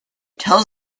tells